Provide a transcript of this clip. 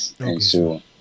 Okay